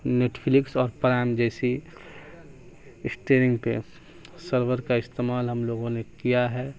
net flicks اور Prime جیسی stream پہ سرور کا استعمال ہم لوگوں نے کیا ہے